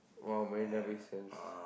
!wow! Marina-Bay-Sands